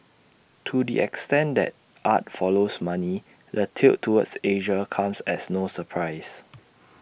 to the extent that art follows money the tilt towards Asia comes as no surprise